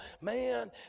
man